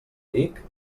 vic